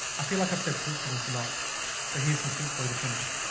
i feel like a separate from the snot so he suffered for the finish